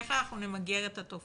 איך אנחנו נמגר את התופעה?